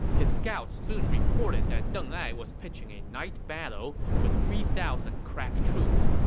his scouts soon reported that deng ai was pitching a night battle with three thousand crack troops.